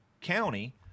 county